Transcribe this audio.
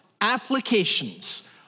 applications